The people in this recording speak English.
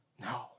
No